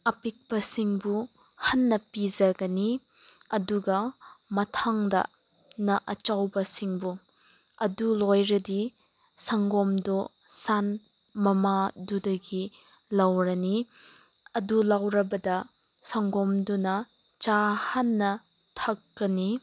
ꯑꯄꯤꯛꯄꯁꯤꯡꯕꯨ ꯍꯥꯟꯅ ꯄꯤꯖꯒꯅꯤ ꯑꯗꯨꯒ ꯃꯊꯪꯗꯅ ꯑꯆꯧꯕꯁꯤꯡꯕꯨ ꯑꯗꯨ ꯂꯣꯏꯔꯗꯤ ꯁꯪꯒꯣꯝꯗꯣ ꯁꯟ ꯃꯃꯥꯗꯨꯗꯒꯤ ꯂꯧꯔꯅꯤ ꯑꯗꯨ ꯂꯧꯔꯕꯗ ꯁꯪꯒꯣꯝꯗꯨꯅ ꯆꯥ ꯍꯥꯟꯅ ꯊꯛꯀꯅꯤ